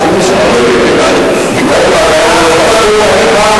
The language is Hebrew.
רק עכשיו אני קורא אותך לסדר פעם ראשונה.